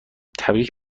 تبریک